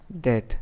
death